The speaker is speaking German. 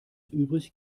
übrig